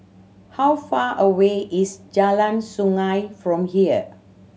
how far away is Jalan Sungei from here